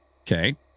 Okay